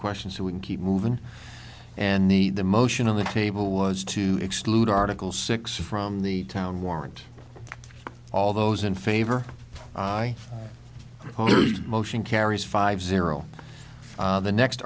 question so we can keep moving and the the motion on the table was to exclude article six from the towne warrant all those in favor motion carries five zero the next